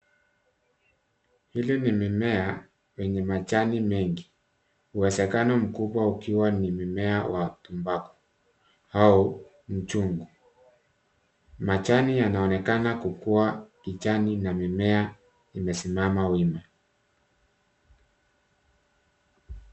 Hili ni mimea yenye majani mengi, uwezekano mkubwa ukiwa ni mmea wa tobacco au mchungwa. Majani yanaonekana kukua kijani na mimea imesimama wima.